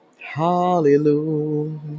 hallelujah